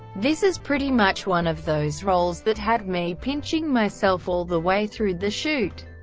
this is pretty much one of those roles that had me pinching myself all the way through the shoot.